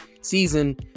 season